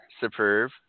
superb